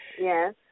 Yes